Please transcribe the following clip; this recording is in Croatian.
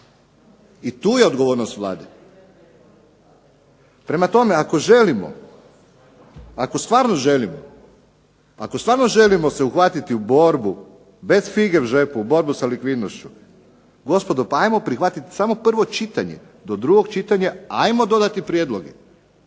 I tu je odgovornost Vlade. Prema tome, ako želimo, ako stvarno želimo, ako stvarno želimo se uhvatiti u borbu bez fige v žepu, u borbu sa likvidnošću, gospodo pa hajmo prihvatiti samo prvo čitanje. Do drugog čitanja hajmo dodati prijedloge